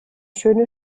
schöne